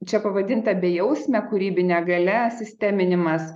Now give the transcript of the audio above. čia pavadinta bejausme kūrybine galia sisteminimas